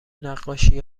نقاشی